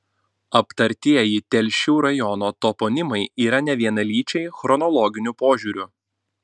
aptartieji telšių rajono toponimai yra nevienalyčiai chronologiniu požiūriu